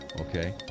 okay